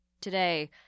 Today